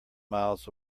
miles